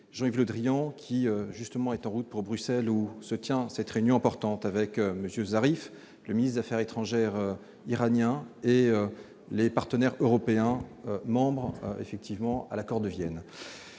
Jean-Yves Le Drian, qui est en route pour Bruxelles, où se tient une réunion importante avec M. Zarif, le ministre des affaires étrangères iranien, et nos partenaires européens signataires de l'accord de Vienne.